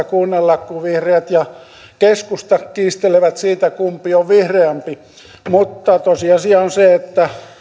kuunnella kun vihreät ja keskusta kiistelevät siitä kumpi on vihreämpi mutta tosiasia on se että